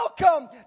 Welcome